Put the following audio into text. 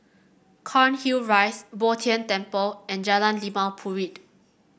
Cairnhill Rise Bo Tien Temple and Jalan Limau Purut